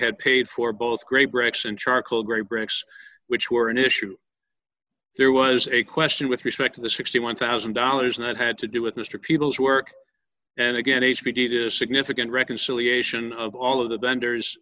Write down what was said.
had paid for both great breaks in charcoal gray bricks which were an issue there was a question with respect to the sixty one thousand dollars that had to do with mr people's work and again h p t to significant reconciliation of all of the vendors